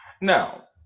now